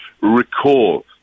recall